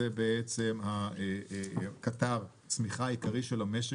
זה בעצם קטר הצמיחה העיקרי של המשק.